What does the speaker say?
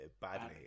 badly